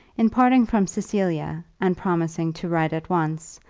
in parting from cecilia, and promising to write at once,